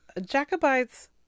jacobites